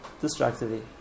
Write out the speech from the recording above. destructively